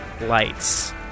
Lights